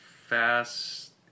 Fast